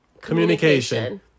Communication